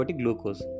glucose